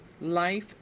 life